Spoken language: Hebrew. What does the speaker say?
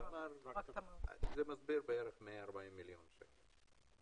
זה מסביר בערך 140 מיליון שקל.